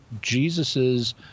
Jesus's